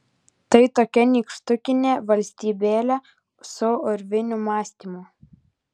tai tokia nykštukinė valstybėlė su urvinių mąstymu